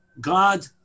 God